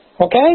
Okay